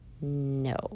No